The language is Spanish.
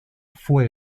fue